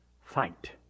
Fight